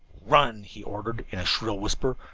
run! he ordered, in a shrill whisper.